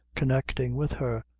connecting with her,